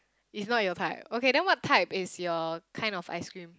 it's not your type okay then what type is your kind of ice-cream